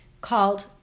called